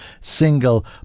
single